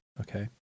Okay